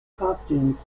costumes